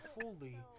fully